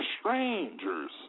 strangers